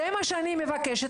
זה מה שאני מבקשת.